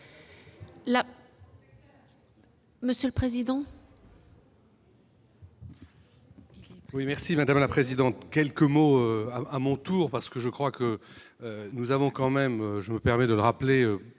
monsieur le président